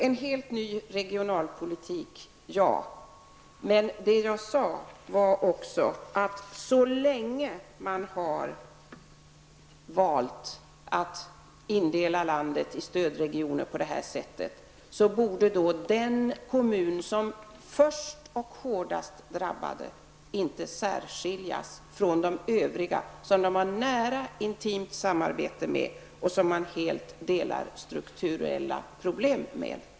En helt ny regionalpolitik -- ja. Men jag sade också att så länge man har valt att indela landet i stödregioner på det sätt som man gjort borde den kommun som först och hårdast drabbas inte särskiljas från de övriga, som man har nära och intimt samarbete med och som man helt delar strukturproblem med.